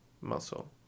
muscle